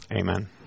Amen